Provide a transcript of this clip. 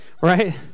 right